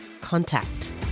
contact